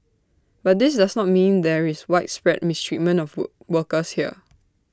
but this does not mean there is widespread mistreatment of work workers here